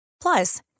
Plus